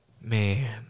man